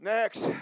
Next